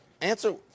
Answer